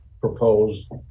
proposed